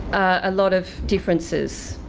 a lot of differences.